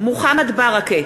מוחמד ברכה,